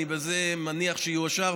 אני בזה מניח שיאושר,